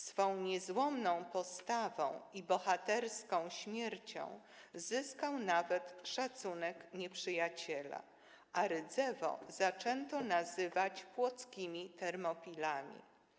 Swą niezłomną postawą i bohaterską śmiercią zyskał nawet szacunek nieprzyjaciela, a Rydzewo zaczęto nazywać płockimi Termopilami.